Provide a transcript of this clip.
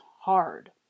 hard